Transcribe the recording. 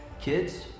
kids